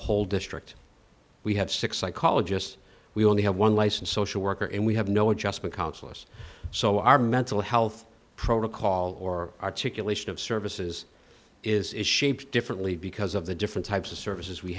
whole district we have six psychologists we only have one licensed social worker and we have no adjustment consulates so our mental health protocol or articulation of services is shaped differently because of the different types of services we